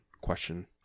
question